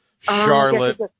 Charlotte